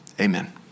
Amen